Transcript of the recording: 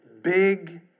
Big